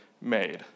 made